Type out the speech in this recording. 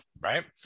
right